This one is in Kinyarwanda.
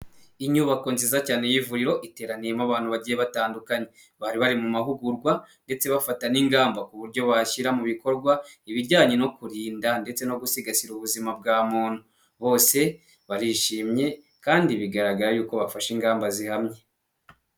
Inyubako nziza cyane y'ivuriro iteraniyemo abantu bagiye batandukanye, bari bari mu mahugurwa ndetse bafata n'ingamba, k’uburyo bashyira mu bikorwa ibijyanye no kurinda ndetse no gusigasira ubuzima bwa muntu. Bose barishimye kandi bigaragara yuko bafashe ingamba zihamye.